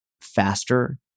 faster